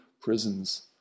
prisons